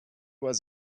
was